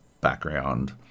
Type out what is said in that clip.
background